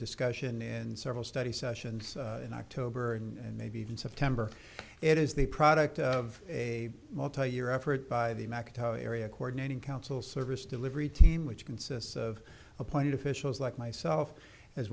discussion in several study sessions in october and maybe even september it is the product of a multi year effort by the marketo area coordinating council service delivery team which consists of appointed officials like myself as